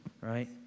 Right